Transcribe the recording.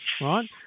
right